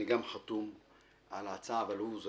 אני גם חתום על ההצעה אבל הוא זה